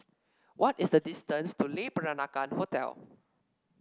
what is the distance to Le Peranakan Hotel